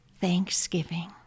Thanksgiving